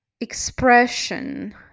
expression